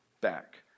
back